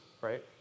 right